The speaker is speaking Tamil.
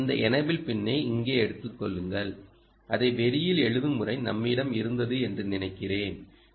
எனவே இந்த எனேபிள் பின்னை இங்கே எடுத்துக் கொள்ளுங்கள் அதை வெளியில் எழுதும் முறை நம்மிடம் இருந்தது என்று நினைக்கிறேன்